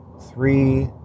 Three